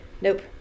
Nope